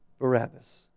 Barabbas